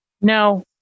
no